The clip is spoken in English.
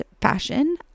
fashion